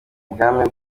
ubwami